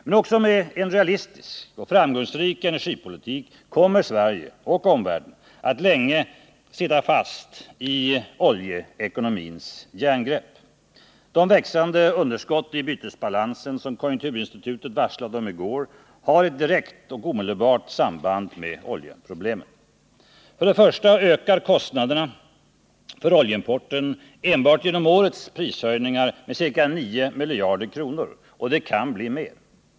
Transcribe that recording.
Men också med en realistisk och framgångsrik energipolitik kommer Sverige och omvärlden att länge sitta fast i oljeekonomins järngrepp. De växande underskott i bytesbalansen, som konjunkturinstitutet varslade om i går, har ett direkt och omedelbart samband med oljeproblemen. För det första ökar kostnaderna för oljeimporten enbart till följd av årets prishöjningar med ca 9 miljarder kronor, och det kan bli mer.